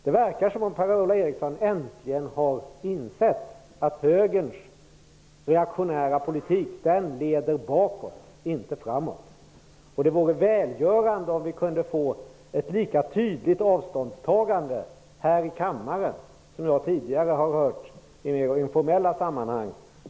Det verkar som om Per-Ola Eriksson äntligen har insett att högerns reaktionära politik leder bakåt och inte framåt. Det vore välgörande om vi kunde få ett lika tydligt avståndstagande här i kammaren som jag tidigare har hört Per-Ola Eriksson uttrycka i mer informella sammanhang.